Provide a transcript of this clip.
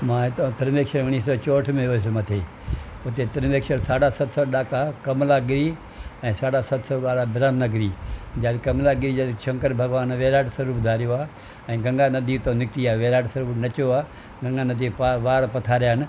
मां हितां त्रिनेश्वर उणिवीह सौ चोहठि में वियुसि मथे हुते त्रिनेश्वर साढा सत सौ ॾाका कमलागिरी ऐं साढा सत सौ ॿारहं भ्रमनगरी जिते कमलागिरी हिते शंकर भॻवानु विराट स्वरुपु धारियो आहे ऐं गंगा नदी हितां निकिती आहे विराटु स्वरुपु नचियो आहे गंगा नदी पार वार पथारिया आहिनि